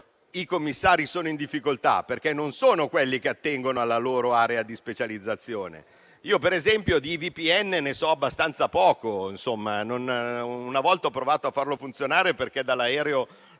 i commissari sono in difficoltà, perché non sono quelli che attengono alla loro area di specializzazione. Io, per esempio, di VPN so abbastanza poco. Una volta ho provato a farlo funzionare perché in aereo